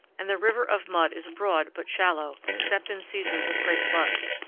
and the river of mud is broad but shallow, except in seasons of great floods.